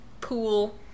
pool